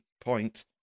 point